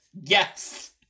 Yes